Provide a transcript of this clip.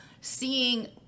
seeing